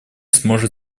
сможет